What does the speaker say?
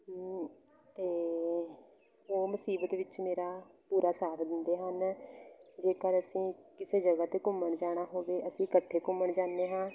ਅਤੇ ਉਹ ਮੁਸੀਬਤ ਵਿੱਚ ਮੇਰਾ ਪੂਰਾ ਸਾਥ ਦਿੰਦੇ ਹਨ ਜੇਕਰ ਅਸੀਂ ਕਿਸੇ ਜਗ੍ਹਾ 'ਤੇ ਘੁੰਮਣ ਜਾਣਾ ਹੋਵੇ ਅਸੀਂ ਇਕੱਠੇ ਘੁੰਮਣ ਜਾਂਦੇ ਹਾਂ